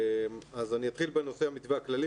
אני אתחיל בנושא המתווה הכללי.